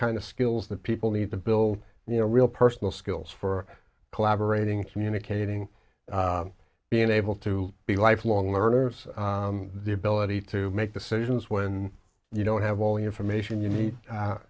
kind of skills that people need to build you know real personal skills for collaborating communicating being able to be lifelong learners the ability to make decisions when you don't have all the information you need